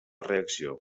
reacció